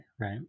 right